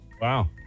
Wow